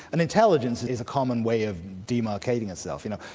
and intelligence is a common way of demarcating ourselves, you know,